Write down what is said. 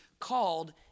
called